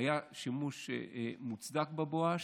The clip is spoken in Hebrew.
היה שימוש מוצדק בבואש.